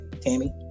tammy